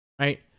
right